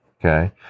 Okay